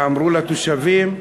ואמרו לתושבים,